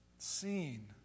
Seen